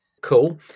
cool